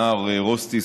הנער רוסטיס,